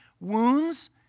wounds